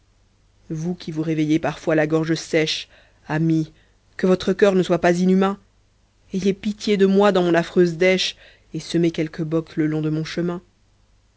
vous qui vous réveillez parfois la gorge sèche amis que votre coeur ne soit pas inhumain ayez pitié de moi dans mon affreuse dèche et semez quelques bocks le long de mon chemin